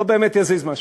זה לא באמת יזיז משהו.